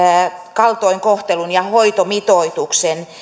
kaltoinkohtelun ja hoitomitoituksen